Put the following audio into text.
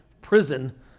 prison